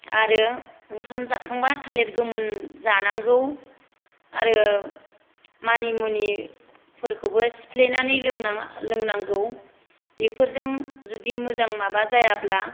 आरो ओंखाम जाखांबा थालिर गोमोन जानांगौ आरो मानि मुनिफोरखौबो सिफ्लेनानै लों लोंनांगौ बेफोरजों जुदि मोजां माबा जायाब्ला